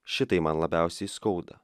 šitai man labiausiai skauda